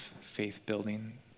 faith-building